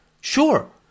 sure